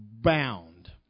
bound